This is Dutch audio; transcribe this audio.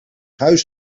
huis